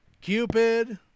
Cupid